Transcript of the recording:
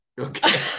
Okay